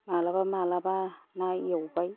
माब्लाबा माब्लाबा ना एवबाय